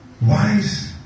wise